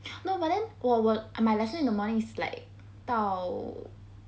no but then 我我 my lesson in the morning is like 到